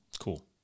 Cool